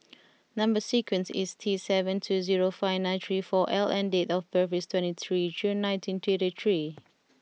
number sequence is T seven two zero five nine three four L and date of birth is twenty three June nineteen thirty three